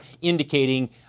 indicating